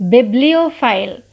Bibliophile